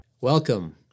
Welcome